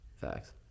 facts